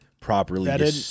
properly